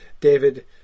David